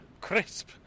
crisp